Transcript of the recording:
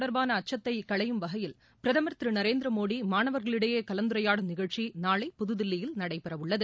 தொடர்பானஅச்சத்தைக் களையும் வகையில் பிரதமர் தேர்வு திருநரேந்திரமோடி மாணவர்களிடையேகலந்துரையாடும் நிகழ்ச்சி நாளை புதுதில்லியில் நடைபெறவுள்ளது